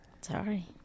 Sorry